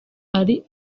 ari